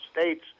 States